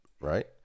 Right